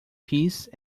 peace